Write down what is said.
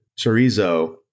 chorizo